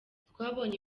twabonye